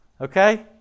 Okay